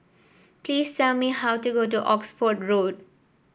please tell me how to go to Oxford Road